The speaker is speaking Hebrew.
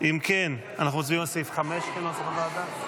אם כן, אנחנו מצביעים על סעיף 5, כנוסח הוועדה?